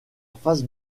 face